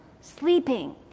sleeping